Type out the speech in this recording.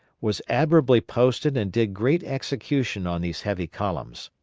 was admirably posted and did great execution on these heavy columns.